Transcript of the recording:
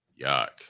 Yuck